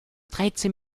dreizehn